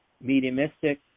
mediumistic